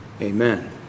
amen